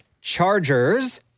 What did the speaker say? chargers